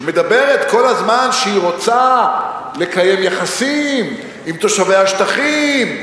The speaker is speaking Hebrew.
שמדברת כל הזמן על זה שהיא רוצה לקיים יחסים עם תושבי השטחים,